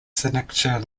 signature